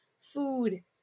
food